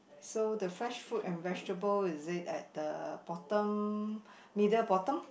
so the fresh fruit and vegetable is it at the bottom middle bottom